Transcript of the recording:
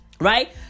Right